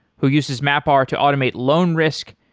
who uses mapr to automate loan risk,